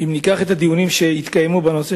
אם ניקח את הדיונים שהתקיימו בנושא